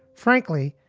frankly,